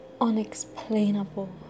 unexplainable